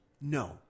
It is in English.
No